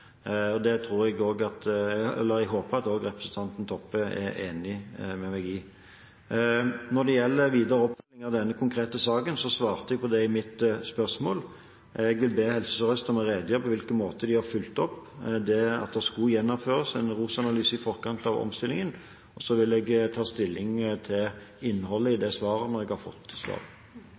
og det håper jeg at representanten Toppe er enig med meg i. Når det gjelder videre oppfølging av denne konkrete saken, svarte jeg på det i mitt svar. Jeg vil be Helse Sør-Øst om å redegjøre for på hvilken måte de har fulgt opp det at det skulle gjennomføres en ROS-analyse i forkant av omstillingen. Så vil jeg ta stilling til innholdet i det svaret når jeg har fått